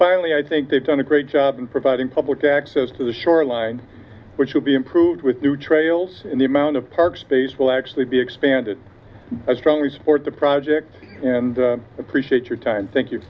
finally i think they've done a great job in providing public access to the shoreline which will be improved with new trails in the amount of park space will actually be expanded as trainers for the project appreciate your time thank you